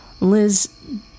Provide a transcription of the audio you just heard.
Liz